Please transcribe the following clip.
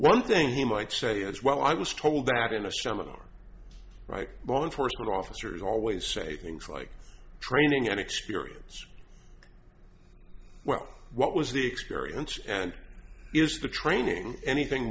one thing he might say is well i was told that in a seminar right on force the officers always say things like training and experience well what was the experience and is the training anything